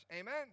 Amen